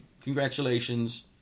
congratulations